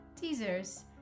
teasers